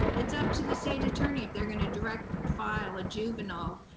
it's up to the state attorney of they're gonna direct file a juvenile,